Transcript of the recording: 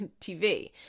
TV